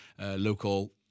local